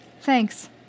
Thanks